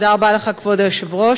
כבוד היושב-ראש,